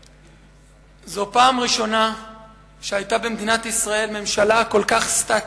זו הפעם הראשונה שיש במדינת ישראל ממשלה כל כך סטטית,